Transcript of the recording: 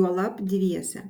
juolab dviese